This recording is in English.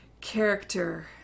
character